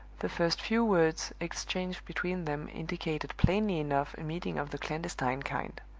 the first few words exchanged between them indicated plainly enough a meeting of the clandestine kind